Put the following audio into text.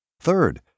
Third